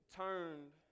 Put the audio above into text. turned